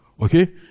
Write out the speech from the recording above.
okay